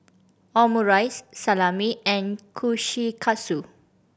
Omurice Salami and Kushikatsu